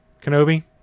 Kenobi